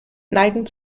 neigen